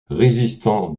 résistant